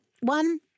one